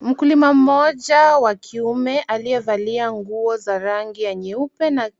Mkulima mmoja wa kiume aliyevalia nguo za ya rangi nyeupe na